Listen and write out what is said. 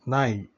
ನಾಯಿ